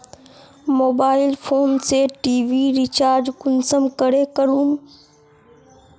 Mobile phone से TV recharge कुंसम करे करूम?